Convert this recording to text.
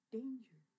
danger